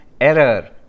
error